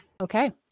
Okay